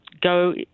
go